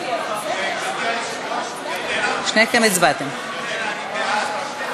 הבוחרת), התשע"ו 2015, נתקבלה.